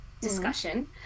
discussion